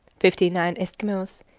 fifty-nine eskimos,